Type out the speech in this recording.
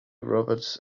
roberts